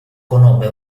conobbe